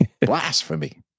Blasphemy